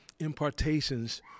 impartations